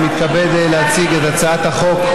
אני מתכבד להציג את הצעת החוק,